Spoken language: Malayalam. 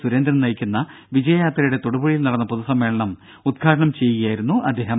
സുരേന്ദ്രൻ നയിക്കുന്ന വിജയയാത്രയുടെ തൊടുപുഴയിൽ നടന്ന പൊതുസമ്മേളനം ഉദ്ഘാടനം ചെയ്യുകയായിരുന്നു അദ്ദേഹം